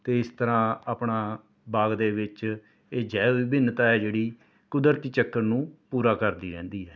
ਅਤੇ ਇਸ ਤਰ੍ਹਾਂ ਆਪਣਾ ਬਾਗ਼ ਦੇ ਵਿੱਚ ਇਹ ਜੈਵ ਵਿੰਭਿਨਤਾ ਹੈ ਜਿਹੜੀ ਕੁਦਰਤੀ ਚੱਕਰ ਨੂੰ ਪੂਰਾ ਕਰਦੀ ਰਹਿੰਦੀ ਹੈ